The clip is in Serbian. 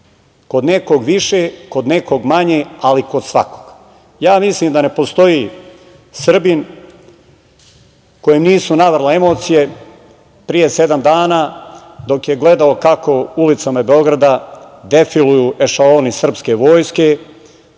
Kod nekog više, kod nekog manje, ali kod svakog. Ja mislim da ne postoji Srbin kojem nisu navrle emocije pre sedam dana dok je gledao kako ulicama i Beograda defiluju ešaloni srpske vojske